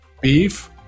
Beef